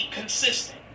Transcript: consistent